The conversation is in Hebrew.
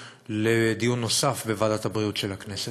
לדיון נוסף בוועדת הבריאות של הכנסת.